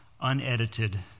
unedited